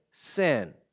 sin